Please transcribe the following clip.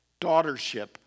daughtership